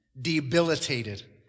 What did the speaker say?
Debilitated